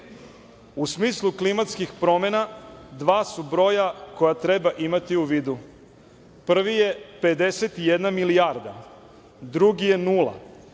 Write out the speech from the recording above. smislu klimatskih promena dva su broja koja treba imati u vidu. Prvi je 51 milijarda, drugi je nula.